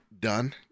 done